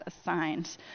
assigned